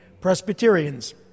Presbyterians